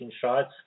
shots